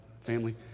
family